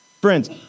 Friends